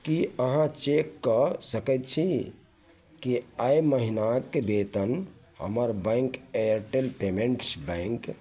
कि अहाँ चेक कऽ सकै छी कि एहि महिनाके वेतन हमर बैँक एयरटेल पेमेन्ट्स बैँक